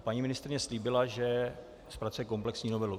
Paní ministryně slíbila, že zpracuje komplexní novelu.